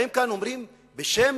באים כאן ואומרים, בשם